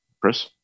Chris